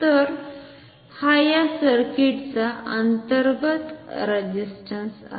तर हा या सर्किटचा अंतर्गत रेझिस्टंस आहे